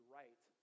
right